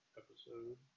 episode